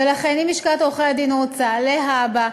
ולכן אם לשכת עורכי-הדין רוצה להבא,